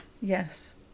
Yes